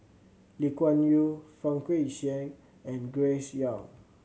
Lee Kuan Yew Fang Guixiang and Grace Young